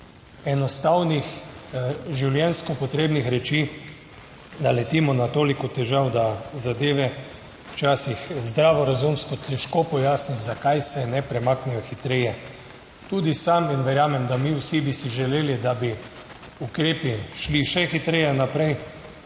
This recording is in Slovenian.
na videz enostavnih, življenjsko potrebnih reči naletimo na toliko težav, da zadeve včasih zdravorazumsko težko pojasniti, zakaj se ne premaknejo hitreje. Tudi sam in verjamem, da mi vsi bi si želeli, da bi ukrepi šli še hitreje naprej,